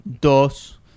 Dos